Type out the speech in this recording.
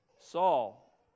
Saul